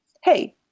hey